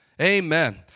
Amen